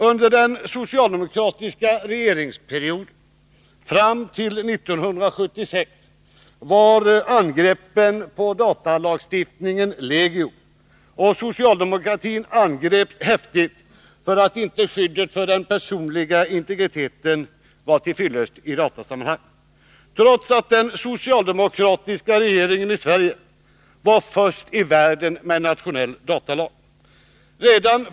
Under den socialdemokratiska regeringsperioden fram till 1976 var angreppen på datalagstiftningen legio, och socialdemokratin angreps häftigt för att skyddet för den personliga integriteten inte var till fyllest i datasammanhang — trots att den socialdemokratiska regeringen i Sverige var först i världen med en nationell datalag.